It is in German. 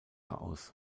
aus